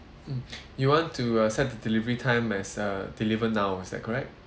mm you want to uh set the delivery time as uh deliver now is that correct